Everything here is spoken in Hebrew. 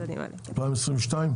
2022?